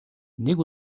нэг